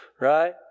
right